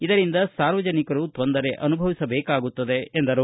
ಇದರಿಂದ ಸಾರ್ವಜನಿಕರು ತೊಂದರೆ ಅನುಭವಿಸಬೇಕಾಗುತ್ತದೆ ಎಂದರು